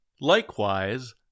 Likewise